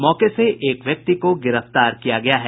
मौके से एक व्यक्ति को गिरफ्तार किया गया है